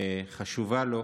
חשובה לו,